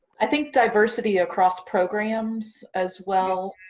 i think diversity across programs as well.